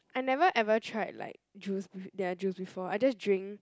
I never ever tried like juice bef~ their juice before I just drink